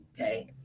okay